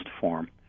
form